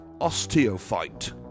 Osteophyte